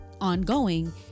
ongoing